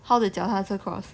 how the 脚踏车 cross